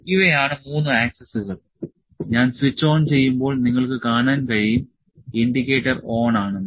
ഇവയാണ് മൂന്ന് ആക്സിസുകൾ ഞാൻ സ്വിച്ച് ഓൺ ചെയ്യുമ്പോൾ നിങ്ങൾക്ക് കാണാൻ കഴിയും ഇൻഡിക്കേറ്റർ ഓണാണെന്ന്